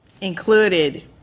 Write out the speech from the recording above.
included